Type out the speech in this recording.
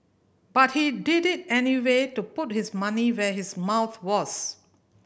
but he did it anyway to put his money where his mouth was